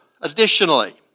additionally